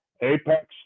Apex